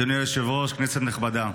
אדוני היושב-ראש, כנסת נכבדה,